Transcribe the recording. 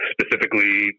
specifically